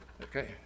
Okay